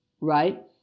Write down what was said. right